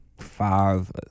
five